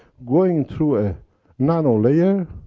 going through a nano-layer